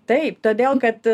taip todėl kad